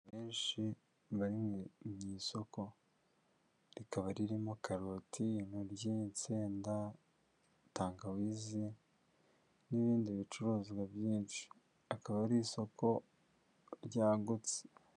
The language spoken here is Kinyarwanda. Abantu benshi bari mu isoko rikaba ririmo karoti, intoryi, insenda, tangawizi n'ibindi bicuruzwa byinshi, akaba ari isoko ryagutse.